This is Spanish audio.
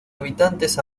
habitantes